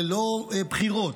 ללא בחירות,